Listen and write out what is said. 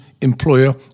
employer